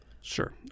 Sure